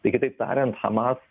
tai kitaip tariant hamas